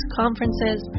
conferences